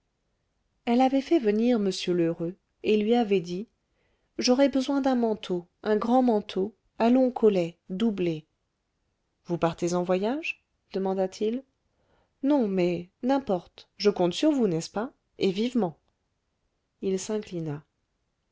avait fait venir m lheureux et lui avait dit j'aurais besoin d'un manteau un grand manteau à long collet doublé vous partez en voyage demanda-t-il non mais n'importe je compte sur vous n'est-ce pas et vivement il s'inclina